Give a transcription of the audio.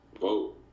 vote